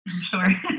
Sure